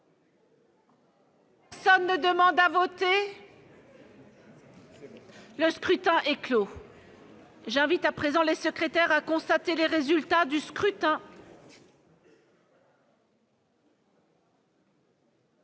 Personne ne demande plus à voter ?... Le scrutin est clos. J'invite Mmes et MM. les secrétaires à constater les résultats du scrutin.